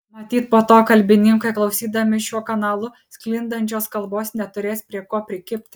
matyt po to kalbininkai klausydami šiuo kanalu sklindančios kalbos neturės prie ko prikibti